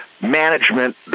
management